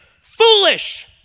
foolish